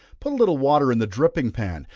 put a little water in the dripping pan,